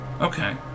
Okay